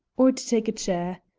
or to take a chair?